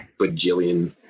bajillion